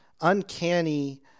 uncanny